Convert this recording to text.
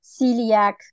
celiac